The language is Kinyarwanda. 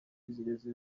inzitizi